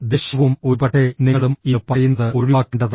ദേഷ്യവും ഒരുപക്ഷേ നിങ്ങളും ഇത് പറയുന്നത് ഒഴിവാക്കേണ്ടതായിരുന്നു